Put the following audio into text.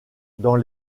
dans